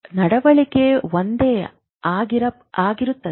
ನಡವಳಿಕೆ ಒಂದೇ ಆಗಿರುತ್ತದೆ